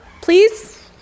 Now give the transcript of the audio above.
please